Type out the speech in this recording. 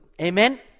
Amen